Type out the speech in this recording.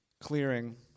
Clearing